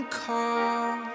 call